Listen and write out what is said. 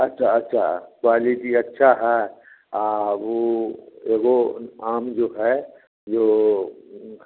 अच्छा अच्छा क्वालिटी अच्छा है वह अरे वह आम जो है जो